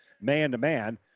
man-to-man